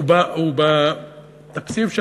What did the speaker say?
ובתקציב,